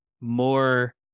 more